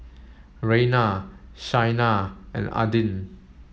Rayna Shaina and Adin